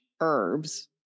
herbs